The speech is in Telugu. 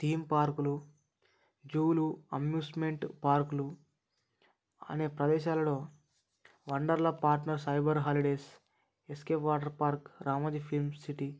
థీమ్ పార్క్లు జూలు అమ్యూజ్మెంట్ పార్క్లు అనే ప్రదేశాలలో Wonderla partner cyber holidays escape water park Ramoji film city